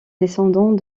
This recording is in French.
descendant